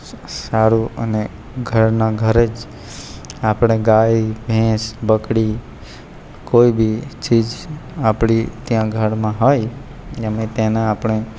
સારું અને ઘરના ઘરે જ આપણે ગાય ભેંસ બકરી કોઈ બી ચીજ આપણી ત્યાં ઘરમાં હોય એટલે અમે તેના આપણે